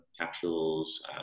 capsules